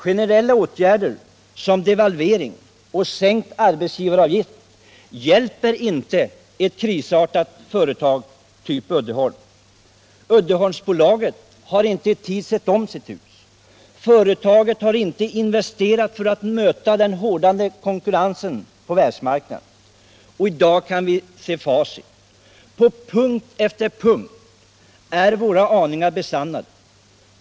Generella åtgärder, som devalvering och sänkt arbetsgivaravgift, hjälper inte ett krisdrabbat företag av typ Uddeholm. Uddeholmsbolaget har inte i tid sett om sitt hus. Företaget har inte investerat för att möta den hårdnande konkurrensen på världsmarknaden. I dag kan vi se facit. På punkt efter punkt är våra aningar besannade.